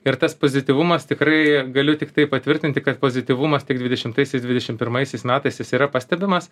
ir tas pozityvumas tikrai galiu tiktai patvirtinti kad pozityvumas tiek dvidešimtaisiais dvidešim pirmaisiais metais jis yra pastebimas